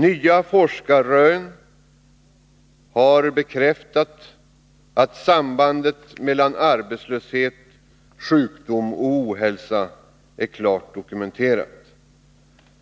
Nya forskarrön har bekräftat att sambandet mellan arbetslöshet, sjukdom och ohälsa är klart dokumenterat.